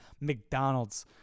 McDonald's